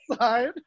side